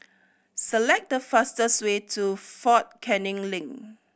select the fastest way to Fort Canning Link